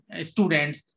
students